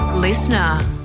Listener